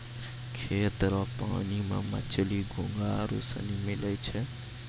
खेत रो पानी मे मछली, घोंघा आरु सनी मिलै छै